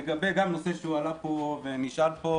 גם לגבי נושא שהועלה פה ונשאל פה,